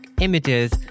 images